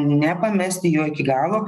nepamesti jo iki galo